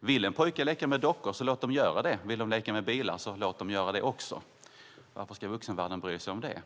Vill pojkar leka med dockor, låt dem då göra det! Vill de leka med bilar, låt dem då göra också det! Varför ska vuxenvärlden bry sig om det?